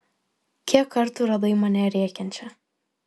kiek kartų radai mane rėkiančią